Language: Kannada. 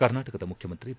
ಕರ್ನಾಟಕದ ಮುಖ್ಡಮಂತ್ರಿ ಬಿ